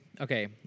okay